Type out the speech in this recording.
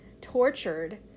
tortured